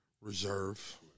reserve